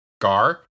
Gar